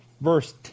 verse